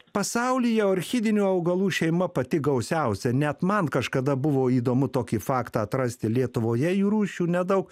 pasaulyje orchidėjinių augalų šeima pati gausiausia net man kažkada buvo įdomu tokį faktą atrasti lietuvoje jų rūšių nedaug